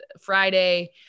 friday